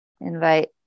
invite